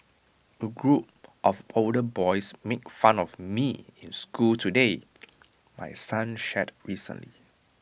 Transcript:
A group of older boys made fun of me in school today my son shared recently